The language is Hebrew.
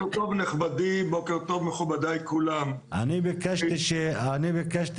אני בניתי